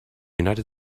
united